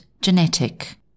genetic